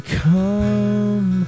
come